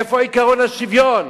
איפה עקרון השוויון?